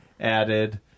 Added